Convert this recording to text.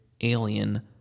alien